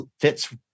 fits